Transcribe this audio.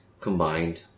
Combined